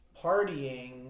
partying